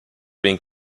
being